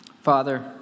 Father